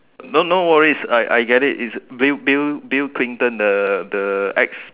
no no worries I I get it's bill bill Bill-Clinton the the ex